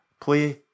play